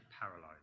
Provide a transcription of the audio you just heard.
paralyzed